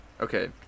okay